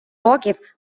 років